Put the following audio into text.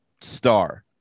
star